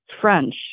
French